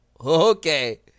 okay